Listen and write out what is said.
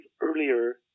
earlier